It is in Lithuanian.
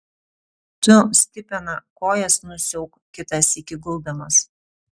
tu stipena kojas nusiauk kitą sykį guldamas